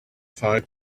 five